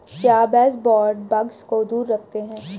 क्या baseboard bugs को दूर रखते हैं?